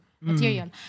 material